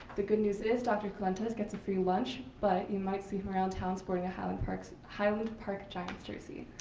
the good news is dr. colentez gets a free lunch, but you might see him around town sporting a highland park so highland park giants jersey.